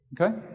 okay